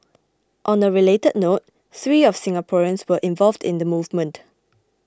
on a related note three of Singaporeans were involved in the movement